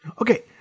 Okay